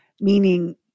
Meaning